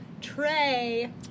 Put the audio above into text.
Trey